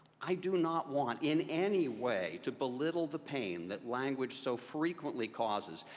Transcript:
i do not want in any way to belittle the pain that language so frequently causes.